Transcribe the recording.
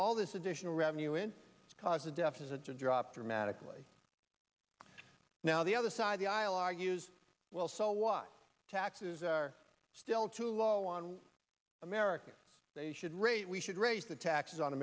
all this additional revenue in because the deficits are dropped dramatically now the other side of the aisle argues well so what taxes are still too low on america they should rate we should raise the taxes on